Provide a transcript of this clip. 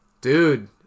Dude